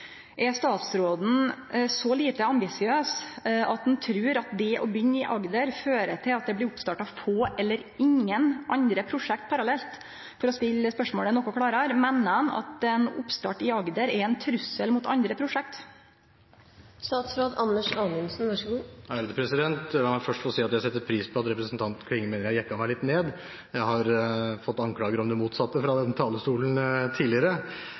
Er statsråden så lite ambisiøs at han trur at det å begynne i Agder fører til at det blir starta opp få eller ingen andre prosjekt parallelt? For å stille spørsmålet noko klarare: Meiner han at ein oppstart i Agder er ein trussel mot andre prosjekt? La meg først få si at jeg setter pris på at representanten Klinge mener at jeg har jekket meg litt ned. Jeg har fått anklager om det motsatte fra denne talerstolen tidligere.